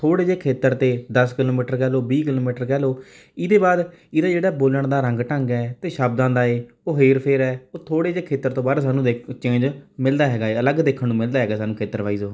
ਥੋੜ੍ਹੇ ਜਿਹੇ ਖੇਤਰ 'ਤੇ ਦਸ ਕਿਲੋਮੀਟਰ ਕਹਿ ਲਓ ਵੀਹ ਕਿਲੋਮੀਟਰ ਕਹਿ ਲਓ ਇਹਦੇ ਬਾਅਦ ਇਹਦਾ ਜਿਹੜਾ ਬੋਲਣ ਦਾ ਰੰਗ ਢੰਗ ਹੈ ਅਤੇ ਸ਼ਬਦਾਂ ਦਾ ਏ ਉਹ ਹੇਰ ਫੇਰ ਹੈ ਉਹ ਥੋੜ੍ਹੇ ਜੇ ਖੇਤਰ ਤੋਂ ਬਾਅਦ ਸਾਨੂੰ ਦੇਖ ਚੇਂਜ ਮਿਲਦਾ ਹੈਗਾ ਏ ਅਲੱਗ ਦੇਖਣ ਨੂੰ ਮਿਲਦਾ ਹੈਗਾ ਸਾਨੂੰ ਖੇਤਰ ਵਾਈਜ਼ ਉਹ